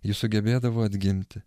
ji sugebėdavo atgimti